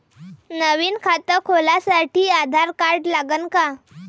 नवीन खात खोलासाठी आधार कार्ड लागन का?